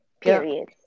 Period